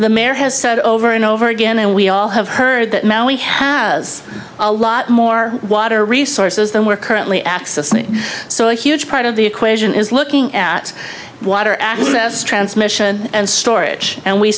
the mayor has said over and over again and we all have heard that we have a lot more water resources than we're currently accessing so a huge part of the equation is looking at water access transmission and storage and we